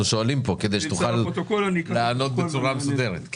שואלים פה כדי שתוכל לענות בצורה מסודרת.